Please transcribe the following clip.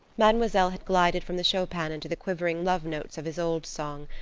mademoiselle had glided from the chopin into the quivering love notes of isolde's song,